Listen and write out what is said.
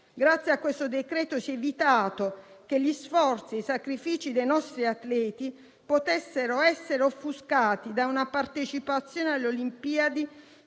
al nostro esame si è evitato che gli sforzi e i sacrifici dei nostri atleti potessero essere offuscati da una partecipazione alle Olimpiadi